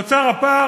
נוצר הפער,